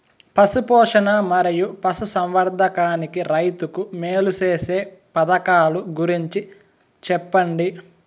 పశు పోషణ మరియు పశు సంవర్థకానికి రైతుకు మేలు సేసే పథకాలు గురించి చెప్పండి?